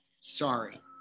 Sorry